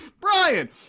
Brian